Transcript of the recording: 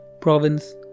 province